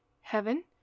Heaven